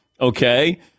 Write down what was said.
Okay